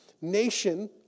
nation